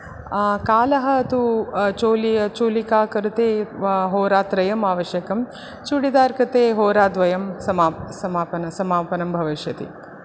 कालः तु चोलि चोलिका कृते होरात्रयम् आवश्यकम् चुडिदार् कृते होराद्वयं समा समापन समापनं भविष्यति